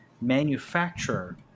manufacturer